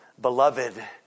beloved